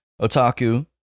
Otaku